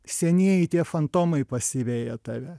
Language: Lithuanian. senieji tie fantomai pasiveja tave